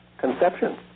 conception